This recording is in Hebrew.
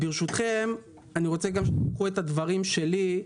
ברשותכם, אני רוצה שתיקחו את הדברים שלי,